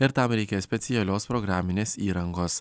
ir tam reikia specialios programinės įrangos